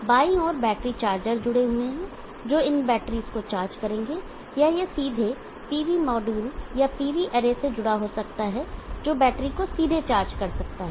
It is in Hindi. बाईं ओर बैटरी चार्जर जुड़े हुए हैं जो इन बैटरीज को चार्ज करेंगे या यह सीधे PV मॉड्यूल या PV अरे से जुड़ा हो सकता है जो बैटरी को सीधे चार्ज कर सकता हैं